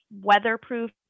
weatherproof